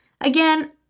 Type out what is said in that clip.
Again